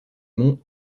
mont